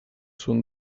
són